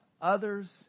others